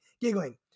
giggling